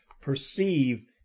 perceive